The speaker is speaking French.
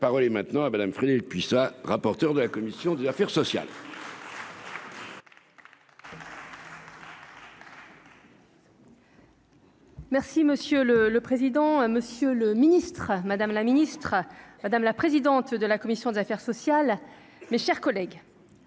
La parole est maintenant à Madame freiner puis ça, rapporteur de la commission des affaires sociales. Merci monsieur le le président monsieur le Ministre, madame la ministre, madame la présidente de la commission des affaires sociales, mes chers collègues,